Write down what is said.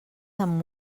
amb